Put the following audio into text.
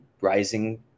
rising